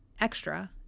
extra